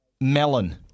melon